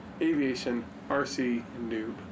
aviationrcnoob